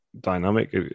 dynamic